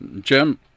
Jim